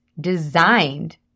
designed